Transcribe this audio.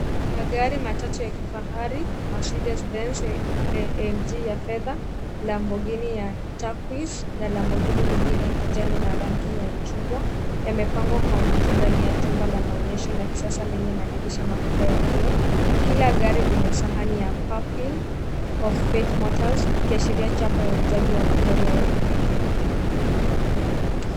Magari matatu ya kifahari, Marcedez Benz ANG ya fedha, Lamborghini ya taquis na Lamborghini nyingine ya kijani na rangi ya chumgwa, yamepangwa kwa mvuto ndani ya jumba la maonyesho la kisasa lenye madirisha makubwa ya kioo. Kila gari lina sahani ya PUPIL OF FATE MOTORS, ikiashiria chapa ya uuzaji wa magari haya ya kipekee.